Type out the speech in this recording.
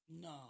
No